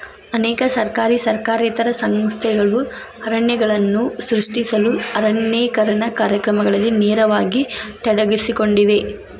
ಅನೇಕ ಸರ್ಕಾರಿ ಸರ್ಕಾರೇತರ ಸಂಸ್ಥೆಗಳು ಅರಣ್ಯಗಳನ್ನು ಸೃಷ್ಟಿಸಲು ಅರಣ್ಯೇಕರಣ ಕಾರ್ಯಕ್ರಮಗಳಲ್ಲಿ ನೇರವಾಗಿ ತೊಡಗಿಸಿಕೊಂಡಿವೆ